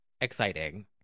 exciting